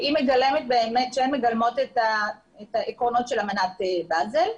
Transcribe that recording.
שהן מגלמות את העקרונות של אמנת באזל.